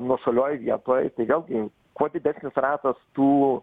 o nuošalioj vietoj tai vėlgi kuo didesnis ratas tų